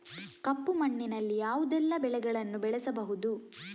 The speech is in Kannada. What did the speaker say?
ಕಪ್ಪು ಮಣ್ಣಿನಲ್ಲಿ ಯಾವುದೆಲ್ಲ ಬೆಳೆಗಳನ್ನು ಬೆಳೆಸಬಹುದು?